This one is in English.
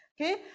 Okay